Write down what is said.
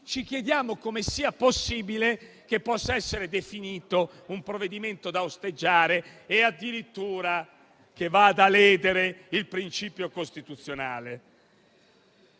ci chiediamo come possa essere definito un provvedimento da osteggiare e addirittura che lede il principio costituzionale.